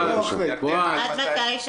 עד מתי?